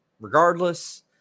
regardless